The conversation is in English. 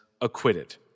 acquitted